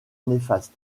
néfastes